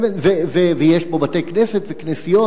ויש פה בתי-כנסת וכנסיות,